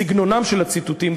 סגנונם של הציטוטים,